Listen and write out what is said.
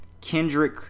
kendrick